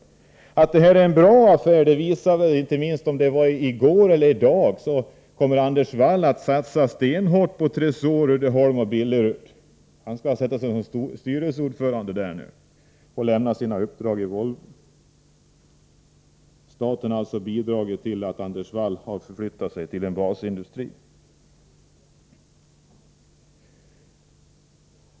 Att det här är en bra affär visade sig i går när det tillkännagavs att Anders Wall skall satsa stenhårt på AB Tresor, Uddeholm och Billerud AB. Han skall nu sätta sig som styrelseordförande i de bolagen och lämna sina uppdrag i AB Volvo. Staten har alltså bidragit till att Anders Wall har förflyttat sig till en basindustri.